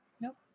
Nope